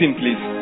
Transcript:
please